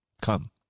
come